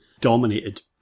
dominated